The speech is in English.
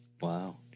Wow